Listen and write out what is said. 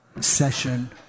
session